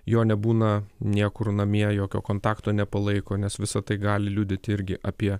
jo nebūna niekur namie jokio kontakto nepalaiko nes visa tai gali liudyti irgi apie